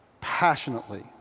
passionately